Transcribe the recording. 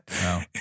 No